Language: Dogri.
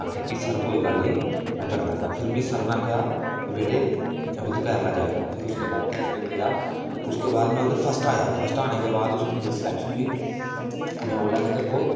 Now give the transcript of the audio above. है कि सर कोई गल्ल नेई में करी लेगा फिर में सर ने आखेआ कि बेटे अभी तू केरला जाएगा फिर उसके बाद में सर गया उसके बाद में उधर फस्ट आया फस्ट आने के बाद उसको मेरे साथ स्लैकशन होई उनें बोला कि तेरे को